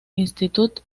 institut